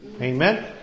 Amen